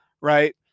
right